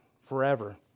forever